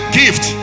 gift